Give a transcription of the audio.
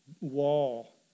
wall